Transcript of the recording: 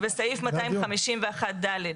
-- וסעיף 251(ד),